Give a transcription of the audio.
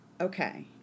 Okay